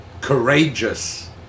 courageous